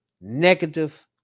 negative